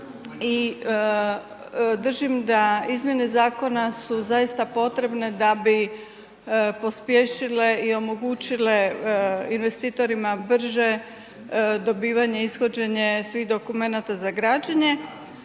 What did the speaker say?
i držim da izmjene zakona su zaista potrebne da bi pospješile i omogućile investitorima brže dobivanje, ishođenje svih dokumenata za građenje